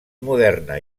moderna